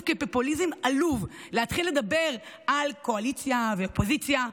כפופוליזם עלוב להתחיל לדבר על קואליציה ואופוזיציה,